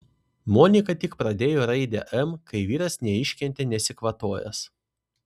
monika tik pradėjo raidę m kai vyras neiškentė nesikvatojęs